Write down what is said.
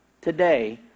today